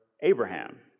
Abraham